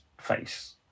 face